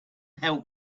help